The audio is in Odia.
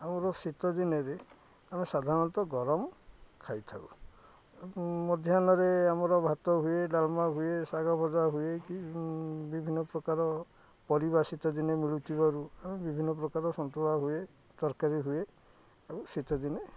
ଆମର ଶୀତ ଦିନରେ ଆମେ ସାଧାରଣତଃ ଗରମ ଖାଇଥାଉ ମଧ୍ୟାହ୍ନରେ ଆମର ଭାତ ହୁଏ ଡାଲମା ହୁଏ ଶାଗ ଭଜା ହୁଏ କି ବିଭିନ୍ନ ପ୍ରକାର ପରିବା ଶୀତ ଦିନେ ମିଳୁଥିବାରୁ ଆମେ ବିଭିନ୍ନ ପ୍ରକାର ସନ୍ତୁଳା ହୁଏ ତରକାରୀ ହୁଏ ଆଉ ଶୀତଦିନେ